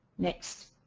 next.